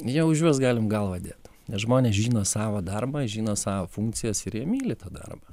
jau už juos galim galvą dėt nes žmonės žino savo darbą žino savo funkcijas ir jie myli tą darbą